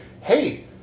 hey